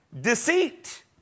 deceit